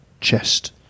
chest